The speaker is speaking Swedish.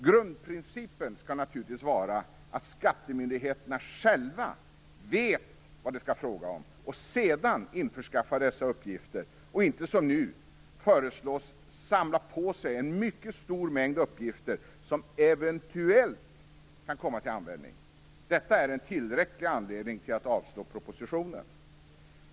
Grundprincipen skall naturligtvis vara att man på skattemyndigheten vet vad man skall fråga om och sedan införskaffar dessa uppgifter och inte, som nu föreslås, samla på sig en mycket stor mängd uppgifter som eventuellt kan komma till användning. Detta är en tillräcklig anledning till att avslå propositionen.